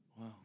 wow